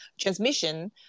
transmission